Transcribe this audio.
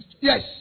Yes